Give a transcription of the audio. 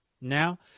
Now